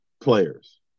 players